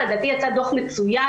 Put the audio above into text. לדעתי יצא דוח מצוין,